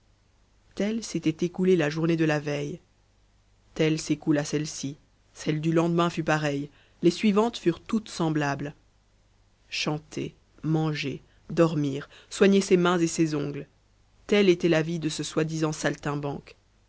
telle s'était écoulée la journée de la veille telle s'écoula celle-ci celle du lendemain fut pareille les suivantes furent toutes semblables chanter manger dormir soigner ses mains et ses ongles telle était la vie de ce soi-disant saltimbanque